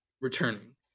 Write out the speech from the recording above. returning